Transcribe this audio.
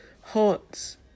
hearts